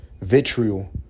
vitriol